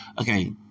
Okay